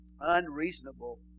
unreasonable